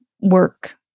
work